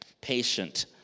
patient